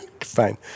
fine